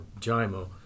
JIMO